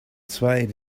swayed